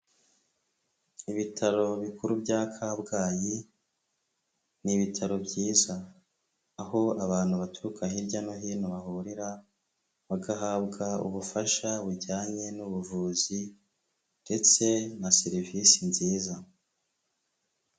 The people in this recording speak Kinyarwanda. Ibitaro bikuru bya Kabgayi. Ni bitaro byiza, aho abantu baturuka hirya no hino bahurira bagahabwa ubufasha bujyanye n'ubuvuzi ndetse na serivisi nziza.